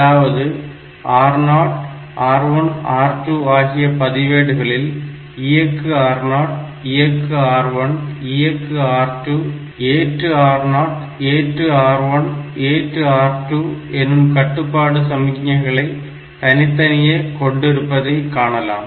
அதாவது R0 R1 R2 ஆகிய பதிவேடுகளில் இயக்கு R0 இயக்கு R1 இயக்கு R2 ஏற்று R0 ஏற்று R1 ஏற்று R2 எனும் கட்டுப்பாடு சமிக்ஞைகளை தனித்தனியே கொண்டிருப்பதை காணலாம்